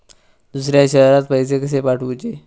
दुसऱ्या शहरात पैसे कसे पाठवूचे?